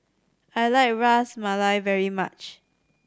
I like Ras Malai very much